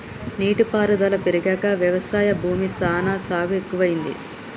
నీటి పారుదల పెరిగాక వ్యవసాయ భూమి సానా సాగు ఎక్కువైంది